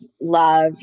love